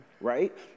Right